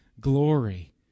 glory